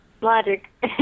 logic